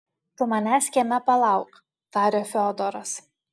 tu manęs kieme palauk tarė fiodoras